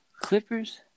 Clippers